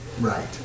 right